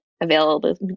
available